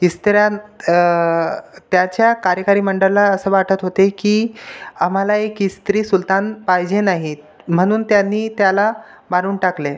इस्त्र्यान् त्याच्या कार्यकारी मंडळाला असं वाटत होते की आम्हाला एक स्त्री सुलतान पाहिजे नाही म्हणून त्यांनी त्याला मारून टाकले